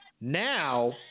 now